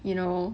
you know